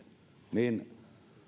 niin